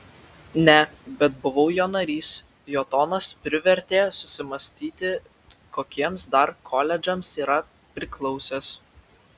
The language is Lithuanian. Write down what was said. ne bet buvau jo narys jo tonas privertė susimąstyti kokiems dar koledžams yra priklausęs